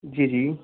جی جی